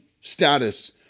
status